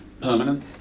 permanent